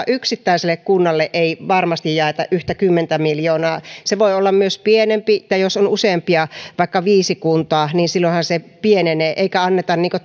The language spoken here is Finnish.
yksittäiselle kunnalle ei varmasti jaeta yhtä kymmentä miljoonaa se voi olla myös pienempi jos on useampia vaikka viisi kuntaa niin silloinhan se pienenee eikä sitä anneta